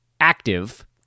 active